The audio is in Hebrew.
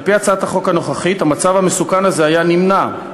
על-פי הצעת החוק הנוכחית המצב המסוכן הזה היה נמנע,